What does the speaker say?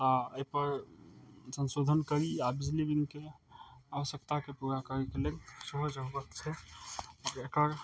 अइपर संशोधन करी आओर बिजली बिलके आवश्यकताके पूरा करयके लेल सेहो जरूरत छै एकर